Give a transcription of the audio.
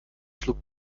schlug